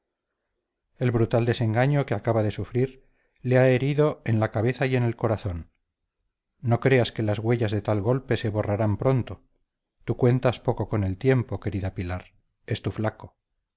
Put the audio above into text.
el brutal desengaño que acaba de sufrir le ha herido en la cabeza y en el corazón no creas que las huellas de tal golpe se borrarán pronto tú cuentas poco con el tiempo querida pilar es tu flaco